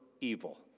evil